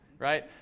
right